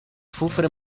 sufre